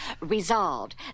resolved